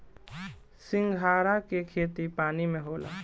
सिंघाड़ा के खेती पानी में होला